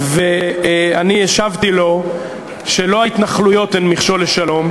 ואני השבתי לו שלא ההתנחלויות הן מכשול לשלום.